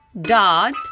Dot